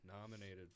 nominated